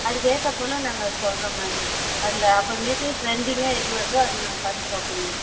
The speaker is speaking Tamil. அதுக்கேற்ற போல நாங்கள் சொல்கிறோம் மேம் அதில் அப்புறமேட்டு ட்ரெண்டிங்காக எது வருதோ அதை நாங்கள் பார்த்து சொல்கிறோம் மேம்